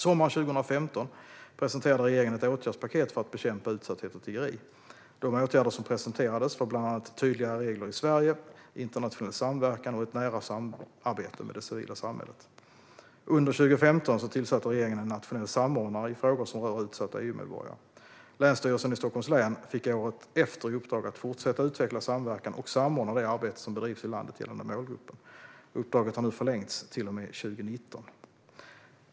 Sommaren 2015 presenterade regeringen ett åtgärdspaket för att bekämpa utsatthet och tiggeri. De åtgärder som presenterades var bland annat tydligare regler i Sverige, internationell samverkan och ett nära samarbete med det civila samhället. Under 2015 tillsatte regeringen en nationell samordnare i frågor som rör utsatta EU-medborgare. Länsstyrelsen i Stockholms län fick året efter i uppdrag att fortsätta att utveckla samverkan och samordna det arbete som bedrivs i landet gällande målgruppen. Uppdraget har nu förlängts till och med 2019.